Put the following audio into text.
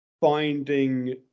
finding